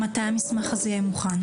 מתי המסמך הזה יהיה מוכן?